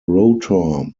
rotor